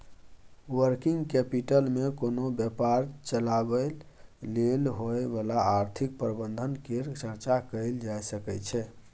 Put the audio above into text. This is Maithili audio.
वर्किंग कैपिटल मे कोनो व्यापार चलाबय लेल होइ बला आर्थिक प्रबंधन केर चर्चा कएल जाए सकइ छै